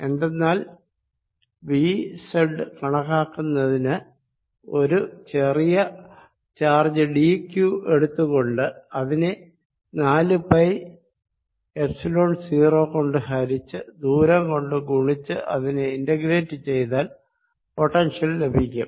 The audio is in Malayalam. എന്തെന്നാൽ V z കണക്കാക്കുന്നതിന് ഒരു ചെറിയ ചാർജ് d Q എടുത്ത് അതിനെ നാലു പൈ എപ്സിലോൺ 0 കൊണ്ട് ഹരിച്ച് ദൂരം കൊണ്ട് ഗുണിച്ച് അതിനെ ഇന്റഗ്രേറ്റ് ചെയ്താൽ പൊട്ടൻഷ്യൽ ലഭിക്കും